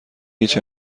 هیچ